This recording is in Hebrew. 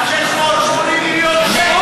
בעד חבר הכנסת מיקי לוי.